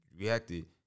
reacted